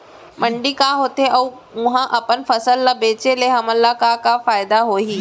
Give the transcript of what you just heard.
मंडी का होथे अऊ उहा अपन फसल ला बेचे ले हमन ला का फायदा होही?